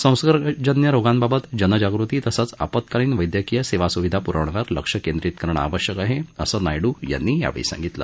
संसर्गजन्य रोगांबाबत जनजागृती तसंच आपत्कालीन वैद्यकीय सेवासुविधा पुरवण्यावर लक्ष केंद्रीत करणं आवश्यक आहे असं नायडू यांनी यावेळी सांगितलं